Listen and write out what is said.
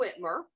Whitmer